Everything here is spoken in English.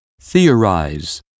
theorize